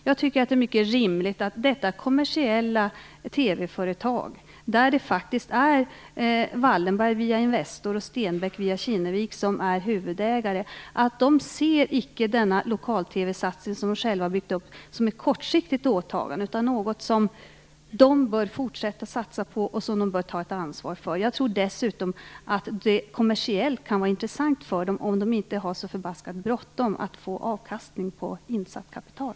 Jag tycker att det är mycket rimligt att detta kommersiella TV-företag, där huvudägarna faktiskt är Wallenberg via Investor och Stenbeck via Kinnevik, icke skall se den lokal-TV-satsning som man själv har byggt upp som ett kortsiktigt åtagande utan som något som man bör fortsätta att satsa på och ta ett ansvar för. Jag tror dessutom att det kommersiellt kan vara intressant för TV 4, om man inte har så förbaskat bråttom att få avkastning på insatt kapital.